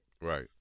Right